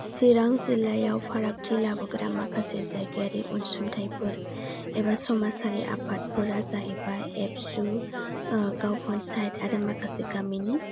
चिरां जिल्लायाव फारागथि लाबोग्रा माखासे जायगायारि अनसुंथायफोर एबा समाजारि आफादफोरा जाहैबाय एबसु गाव फन्सायेथ आरो माखासे गामिनि